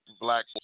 black